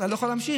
לא יכול להמשיך,